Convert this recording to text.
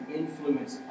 influence